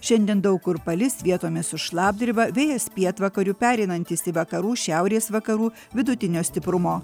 šiandien daug kur palis vietomis su šlapdriba vėjas pietvakarių pereinantis į vakarų šiaurės vakarų vidutinio stiprumo